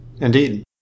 Indeed